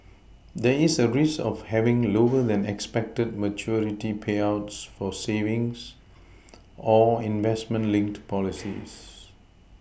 there is a risk of having lower than expected maturity payouts for savings or investment linked policies